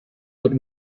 but